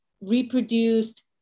reproduced